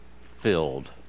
Filled